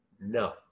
no